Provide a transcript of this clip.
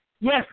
Yes